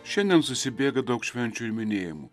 šiandien susibėga daug švenčių ir minėjimų